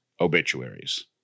obituaries